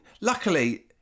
luckily